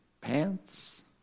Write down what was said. pants